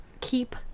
keep